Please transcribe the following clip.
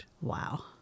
Wow